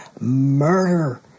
murder